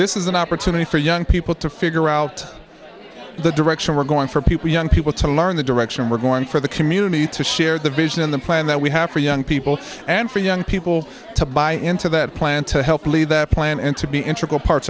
this is an opportunity for young people to figure out the direction we're going for people young people to learn the direction we're going for the community to share the vision in the plan that we have for young people and for young people to buy into that plan to help lead that plan and to be in trickle parts